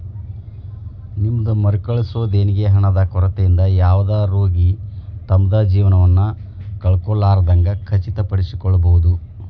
ನಿಮ್ದ್ ಮರುಕಳಿಸೊ ದೇಣಿಗಿ ಹಣದ ಕೊರತಿಯಿಂದ ಯಾವುದ ರೋಗಿ ತಮ್ದ್ ಜೇವನವನ್ನ ಕಳ್ಕೊಲಾರ್ದಂಗ್ ಖಚಿತಪಡಿಸಿಕೊಳ್ಬಹುದ್